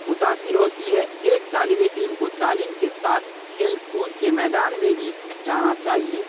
متاثر ہوتی ہے ایک طالب علم کو تعلیم کے ساتھ کھیل کود کے میدان میں بھی جانا چاہیے